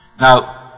Now